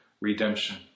redemption